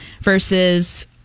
versus